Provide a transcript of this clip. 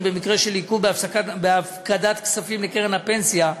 במקרה של עיכוב בהפקדת כספים לקרן הפנסיה,